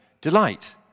delight